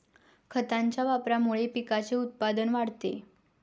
खतांच्या वापरामुळे पिकाचे उत्पादन वाढते